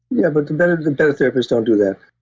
yeah but the better the better therapists don't do that.